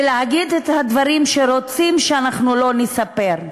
ולהגיד את הדברים שרוצים שאנחנו לא נספר.